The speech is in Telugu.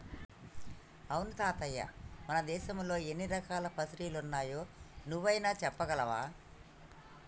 అవును తాతయ్య మన దేశంలో ఎన్ని రకాల ఫిసరీలున్నాయో నువ్వైనా సెప్పగలవా